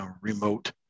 remote